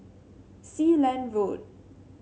Sealand Road